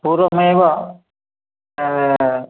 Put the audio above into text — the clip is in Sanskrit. पूर्वमेव